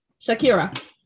Shakira